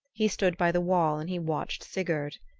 he stood by the wall and he watched sigurd.